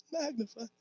Magnify